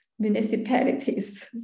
municipalities